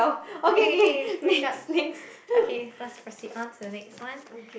okay okay you should wake up okay let's proceed on to the next one